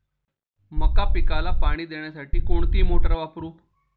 मका पिकाला पाणी देण्यासाठी कोणती मोटार वापरू?